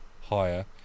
higher